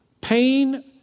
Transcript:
Pain